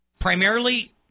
primarily